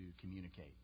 communicate